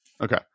Okay